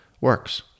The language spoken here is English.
works